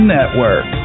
Network